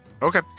Okay